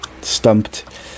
Stumped